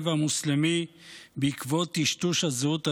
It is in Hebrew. והמוסלמי בעקבות טשטוש הזהות הלאומית?